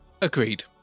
Agreed